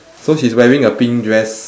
so she's wearing a pink dress